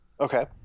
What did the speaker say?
Okay